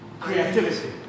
Creativity